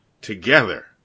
together